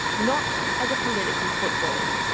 not as a political football.